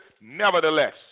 nevertheless